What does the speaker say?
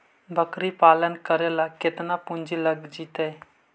बकरी पालन करे ल केतना पुंजी लग जितै?